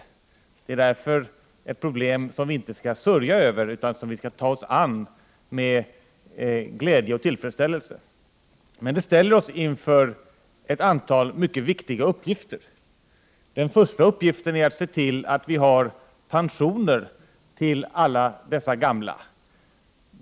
Därför är detta ett problem som vi inte skall sörja över utan ta oss an med glädje och tillfredsställelse. Men problemet ställer oss inför ett antal mycket viktiga uppgifter. Den första uppgiften är att se till att vi har pensioner till alla dessa gamla.